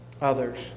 others